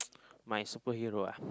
my superhero ah